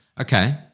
okay